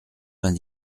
vingt